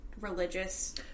religious